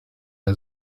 der